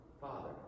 Father